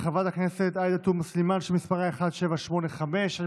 שמספרה 1785, של חברת הכנסת עאידה תומא סלימאן.